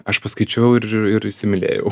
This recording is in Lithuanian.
aš paskaičiau ir ir įsimylėjau